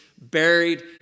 Buried